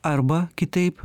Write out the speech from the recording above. arba kitaip